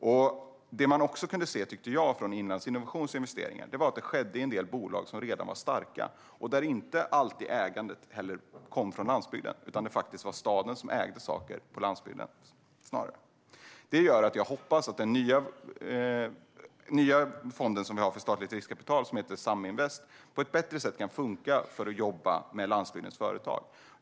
Det som man enligt mig också kunde se i fråga om Inlandsinnovations investeringar var att de skedde i en del bolag som redan var starka. Och ägandet kom inte alltid från landsbygden, utan det var faktiskt snarare staden som ägde saker på landsbygden. Det gör att jag hoppas att den nya fond som vi har för statligt riskkapital, som heter Saminvest, på ett bättre sätt kan funka för att jobba med landsbygdens företag.